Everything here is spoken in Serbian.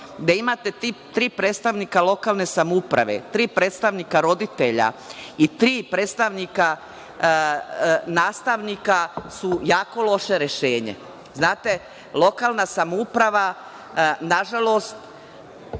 gde imate tri predstavnika lokalne samouprave, tri predstavnika roditelja i tri predstavnika nastavnika su jako loše rešenje. Znate, lokalna samouprava, na žalost